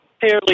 fairly